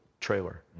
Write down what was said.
trailer